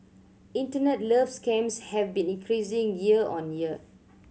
internet love scams have been increasing year on year